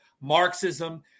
Marxism